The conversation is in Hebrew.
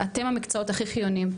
אתם המקצועות הכי חיוניים.